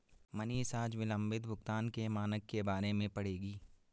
मनीषा आज विलंबित भुगतान के मानक के बारे में पढ़ेगी